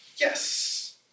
Yes